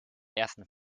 ersten